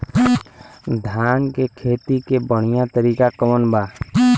धान के खेती के बढ़ियां तरीका कवन बा?